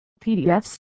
PDFs